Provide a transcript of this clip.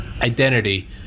identity